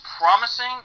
promising